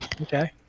Okay